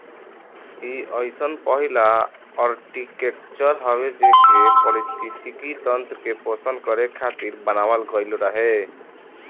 इ अइसन पहिला आर्कीटेक्चर हवे जेके पारिस्थितिकी तंत्र के पोषण करे खातिर बनावल गईल रहे